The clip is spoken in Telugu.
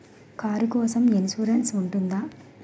కారు కోసం ఇన్సురెన్స్ ఉంటుందా?